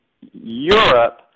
Europe